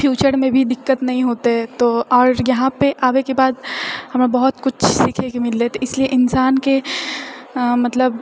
फ्यूचरमे भी दिक्कत नहि होतै तो आओर इहाँपे आबएके बाद हमरा बहुत किछु सिखएके मिललै तऽ इसलिए इन्सानके मतलब